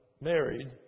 married